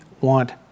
want